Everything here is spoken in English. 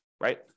right